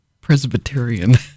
Presbyterian